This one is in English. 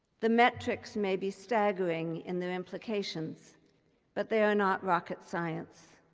the metrics may be staggering in their implications but they are not rocket science.